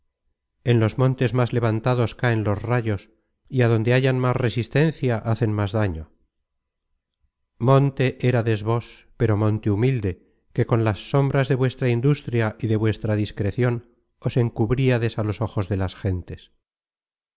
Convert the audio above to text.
en los montes más levantados caen los rayos y adonde hallan más resistencia hacen más daño monte érades vos pero monte humilde que con las sombras de vuestra industria y de vuestra discrecion os encubríades á los ojos de las gentes